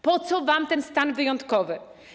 Po co wam ten stan wyjątkowy?